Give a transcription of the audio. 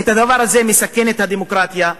הדבר הזה מסכן את הדמוקרטיה,